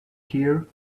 here